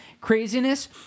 craziness